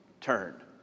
turn